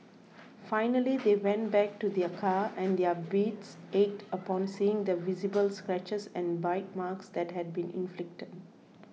finally they went back to their car and their hearts ached upon seeing the visible scratches and bite marks that had been inflicted